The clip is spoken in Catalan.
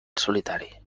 solitari